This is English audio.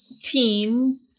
teen